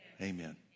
Amen